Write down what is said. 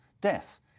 death